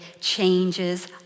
changes